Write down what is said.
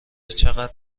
چقدر